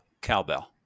cowbell